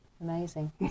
amazing